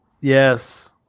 Yes